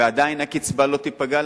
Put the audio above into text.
ועדיין הקצבה שלהן לא תיפגע.